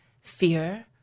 fear